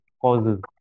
causes